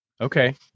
okay